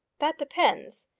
that depends.